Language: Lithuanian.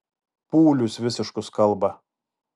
pūlius visiškus kalba